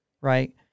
Right